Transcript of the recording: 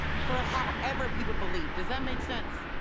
for however people believe. does that make sense?